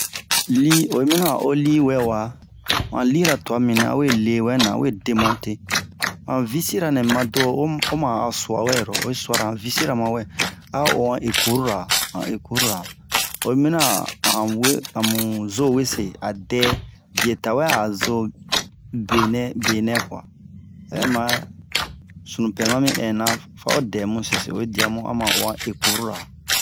li oyi mina a'o li wɛwa an lira tua mimini a we lewɛ na a we demonte an vicira nɛ mima do'onu oma sua wɛro oyi suara an vicira mawɛ a'o o an ecurura oyi mina amu we amuzo wese a dɛ bie tawɛ a zo benɛ kua obɛmare sunupɛ mami ɛna fao dɛ mu sese oyi diamu a ma o han ecurura to mu vo